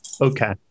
Okay